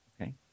Okay